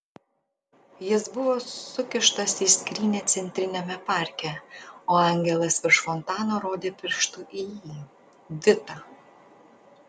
jis buvo sukištas į skrynią centriniame parke o angelas virš fontano rodė pirštu į jį vitą